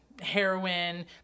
heroin